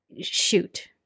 shoot